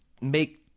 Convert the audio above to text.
make